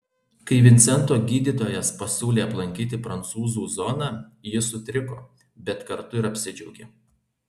kai vincento gydytojas pasiūlė aplankyti prancūzų zoną jis sutriko bet kartu ir apsidžiaugė